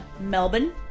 Melbourne